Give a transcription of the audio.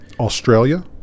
Australia